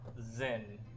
Zen